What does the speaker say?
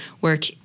work